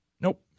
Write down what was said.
Nope